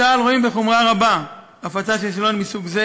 בצה"ל רואים בחומרה רבה הפצה של שאלון מסוג זה